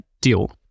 deal